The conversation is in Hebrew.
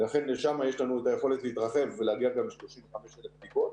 ולכן משם יש לנו את היכולת להתרחב ולהגיע גם ל-35,000 בדיקות.